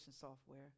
software